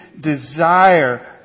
desire